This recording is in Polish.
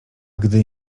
gdy